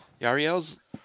Yariel's